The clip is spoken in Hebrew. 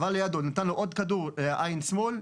עבר לידו נתן לו עוד כדור בעין שמאל,